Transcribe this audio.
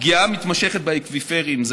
פגיעה מתמשכת באקוויפרים.